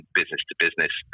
business-to-business